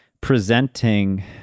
presenting